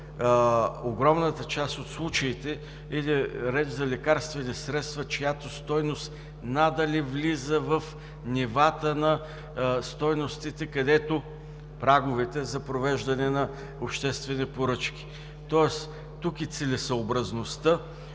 огромната част от случаите иде реч за лекарствени средства, чиято стойност надали влиза в нивата на стойностите, където са праговете за провеждане на обществени поръчки, тоест тук и целесъобразността